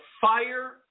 fire